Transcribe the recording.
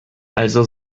also